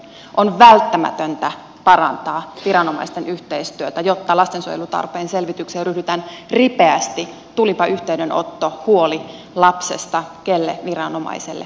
on välttämätöntä parantaa viranomaisten yhteistyötä jotta lastensuojelutarpeen selvitykseen ryhdytään ripeästi tulipa yhteydenotto huoli lapsesta kelle viranomaiselle hyvänsä